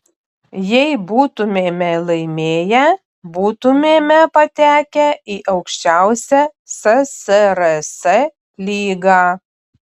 jei būtumėme laimėję būtumėme patekę į aukščiausią ssrs lygą